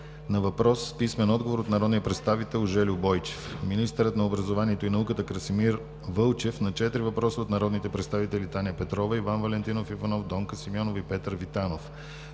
на въпрос с писмен отговор от народния представител Жельо Бойчев; - министърът на образованието и науката Красимир Вълчев – на четири въпроса от народните представители Таня Петрова; Иван Валентинов Иванов; Донка Симеонова; и Петър Витанов;